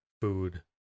food